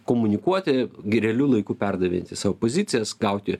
komunikuoti gi realiu laiku perdavė savo pozicijas gauti